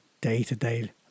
day-to-day